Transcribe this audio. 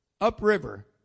upriver